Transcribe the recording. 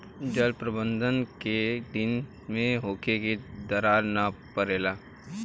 जल प्रबंधन केय दिन में होखे कि दरार न परेला?